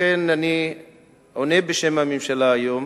לכן אני עונה בשם הממשלה היום.